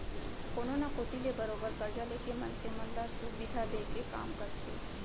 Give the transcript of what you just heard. कोनो न कोती ले बरोबर करजा लेके मनसे मन ल सुबिधा देय के काम करथे